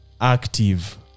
active